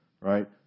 right